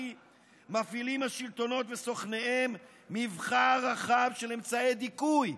מפעילים השלטונות וסוכניהם מבחר של אמצעי דיכוי: